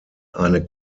eine